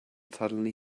suddenly